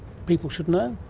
people should know?